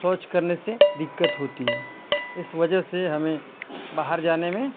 शौच करने से दिक्क्त होती हैं इस वजह से हमें बाहर जाने में